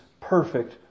perfect